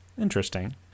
Interesting